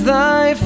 Thy